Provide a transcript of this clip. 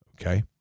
Okay